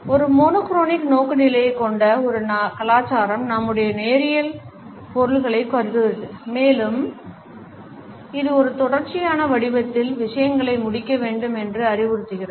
ஒரு monochronic நோக்குநிலையைக் கொண்ட ஒரு கலாச்சாரம் நம்முடைய நேரியல் பொருள்களைக் கருதுகிறது மேலும் இது ஒரு தொடர்ச்சியான வடிவத்தில் விஷயங்களை முடிக்க வேண்டும் என்று அறிவுறுத்துகிறது